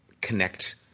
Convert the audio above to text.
connect